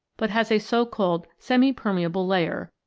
but has a so-called semi permeable layer,